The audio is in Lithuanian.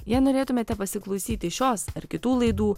jei norėtumėte pasiklausyti šios ar kitų laidų